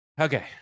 Okay